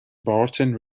barton